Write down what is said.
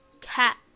cat